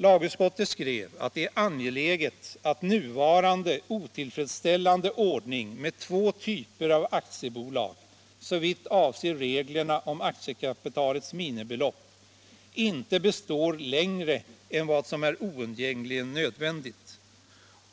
Lagutskottet skrev: ”Enligt utskottets mening är det angeläget att den nuvarande otillfredsställande ordningen med två typer av aktiebolag — såvitt avser reglerna om aktiekapitalets minimibelopp — inte består längre än vad som är oundgängligen nödvändigt.”